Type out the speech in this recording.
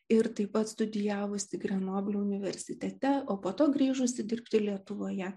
ir taip pat studijavusį grenoblio universitete o po to grįžusį dirbti lietuvoje